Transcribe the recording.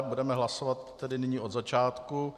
Budeme hlasovat tedy nyní od začátku.